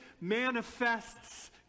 manifests